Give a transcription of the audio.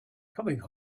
coming